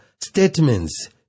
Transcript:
statements